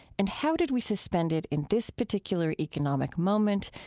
and how did we suspend it in this particular economic moment,